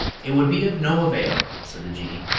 it would be of no avail, said the jinnee,